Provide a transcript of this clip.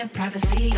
Privacy